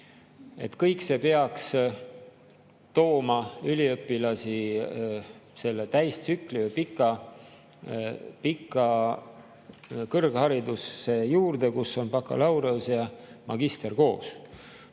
Kõik see peaks tooma üliõpilasi täistsükli, pika kõrghariduse juurde, kus on bakalaureus ja magister koos.